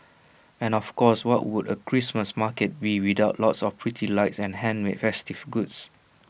and of course what would A Christmas market be without lots of pretty lights and handmade festive goods